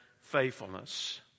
faithfulness